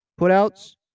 putouts